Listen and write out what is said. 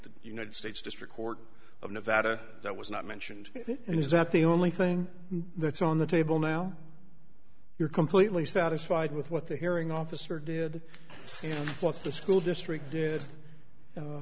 the united states district court of nevada that was not mentioned and is that the only thing that's on the table now you're completely satisfied with what the hearing officer did what the school district did